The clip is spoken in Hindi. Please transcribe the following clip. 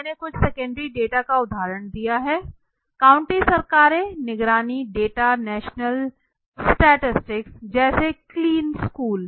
इसलिए मैंने कुछ सेकेंडरी डेटा का उदाहरण दिया है काउंटी सरकारें निगरानी डेटा नेशनल स्टेटिस्टिक्स जैसे क्लीन स्कूल